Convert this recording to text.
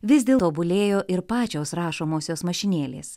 vis dėl tobulėjo ir pačios rašomosios mašinėlės